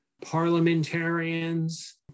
parliamentarians